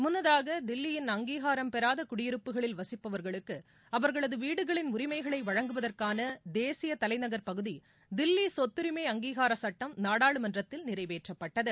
முன்னதாக தில்லியின் அங்கீகாரம் பெறாத குடியிருப்புகளில் வசிப்பவர்களுக்கு அவர்களது வீடுகளின் உரிமைகளை வழங்குவதற்காள தேசிய தலைநகர் பகுதி தில்லி சொத்தரிமை அங்கீகார சுட்டம் நாடாளுமன்றத்தில் நிறைவேற்றப்பட்டது